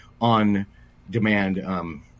on-demand